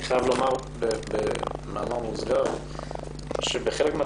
אני חייב לומר במאמר מוסגר שבחלק מן